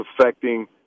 affecting